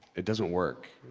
it doesn't work,